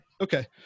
Okay